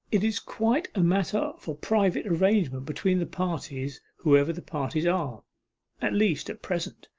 it is quite a matter for private arrangement between the parties, whoever the parties are at least at present.